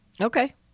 Okay